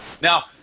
Now